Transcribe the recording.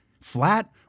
flat